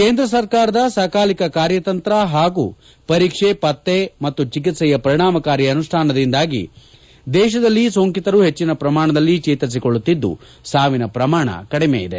ಕೇಂದ್ರ ಸರ್ಕಾರದ ಸಕಾಲಿಕ ಕಾರ್ಯತಂತ್ರ ಹಾಗೂ ಪರೀಕ್ಷೆ ಪತ್ತೆ ಹಾಗೂ ಚಿಕಿತ್ಪೆಯ ಪರಿಣಾಮಕಾರಿ ಅನುಷ್ಠಾನದಿಂದಾಗಿ ದೇಶದಲ್ಲಿ ಸೋಂಕಿತರು ಹೆಚ್ಚಿನ ಪ್ರಮಾಣದಲ್ಲಿ ಚೇತರಿಸಿಕೊಳ್ಳುತ್ತಿದ್ದು ಸಾವಿನ ಪ್ರಮಾಣ ಕಡಿಮೆ ಇದೆ